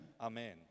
Amen